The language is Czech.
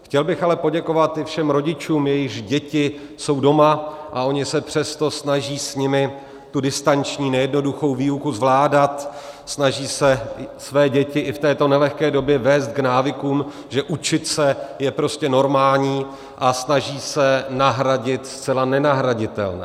Chtěl bych ale poděkovat i všem rodičům, jejichž děti jsou doma, a oni se přesto snaží s nimi tu distanční nejednoduchou výuku zvládat, snaží se své děti i v této nelehké době vést k návykům, že učit se je prostě normální, a snaží se nahradit zcela nenahraditelné.